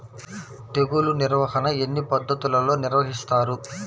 తెగులు నిర్వాహణ ఎన్ని పద్ధతులలో నిర్వహిస్తారు?